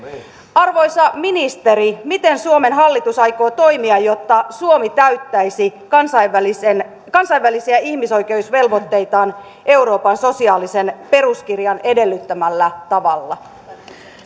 arvoisa ministeri miten suomen hallitus aikoo toimia jotta suomi täyttäisi kansainvälisiä kansainvälisiä ihmisoikeusvelvoitteitaan euroopan sosiaalisen peruskirjan edellyttämällä tavalla